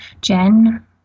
Jen